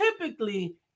typically